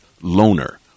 loner